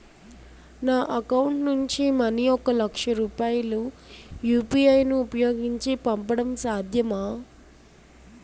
నా అకౌంట్ నుంచి మనీ ఒక లక్ష రూపాయలు యు.పి.ఐ ను ఉపయోగించి పంపడం సాధ్యమా?